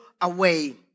away